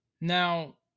Now